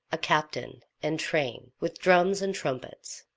a captain, and train, with drums and trumpets.